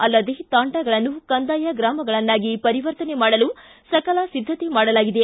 ಅಲ್ಲದೇ ತಾಂಡಾಗಳನ್ನು ಕಂದಾಯ ಗ್ರಾಮಗಳಾಗಿ ಪರಿವರ್ತನೆ ಮಾಡಲು ಸಕಲ ಸಿದ್ದತೆ ಮಾಡಲಾಗಿದೆ